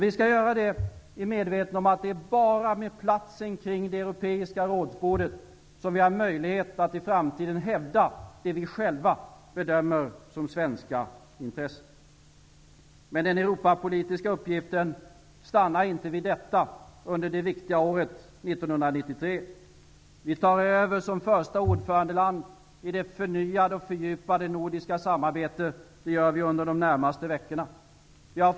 Vi skall göra detta i medvetande om att det är enbart med en plats kring det europeiska rådsbordet som vi har möjlighet att i framtiden hävda det vi själva bedömer som svenska intressen. Men den europapolitiska uppgiften stannar inte vid detta under det viktiga året 1993. Sverige tar över som första ordförandeland i det förnyade och fördjupade nordiska samarbetet. Det gör vi under de närmaste veckorna.